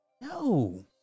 No